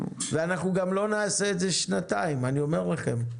אנחנו גם לא נעשה את זה שנתיים, אני אומר לכם.